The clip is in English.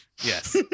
yes